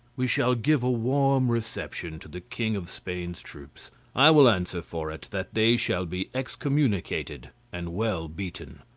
we shall give a warm reception to the king of spain's troops i will answer for it that they shall be excommunicated and well beaten.